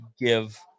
give